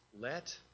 Let